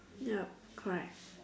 yup correct